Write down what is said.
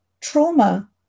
trauma